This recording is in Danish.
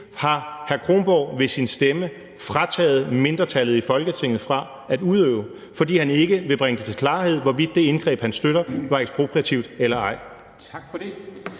Anders Kronborg ved sin stemme frataget mindretallet i Folketinget muligheden for at udøve – fordi han ikke vil bringe til klarhed, hvorvidt det indgreb, han støtter, var ekspropriativt eller ej.